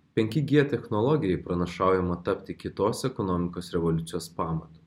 penki g technologijai pranašaujama tapti kitos ekonomikos revoliucijos pamatu